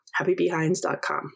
happybehinds.com